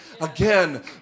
again